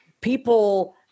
people